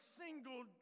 single